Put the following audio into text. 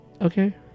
Okay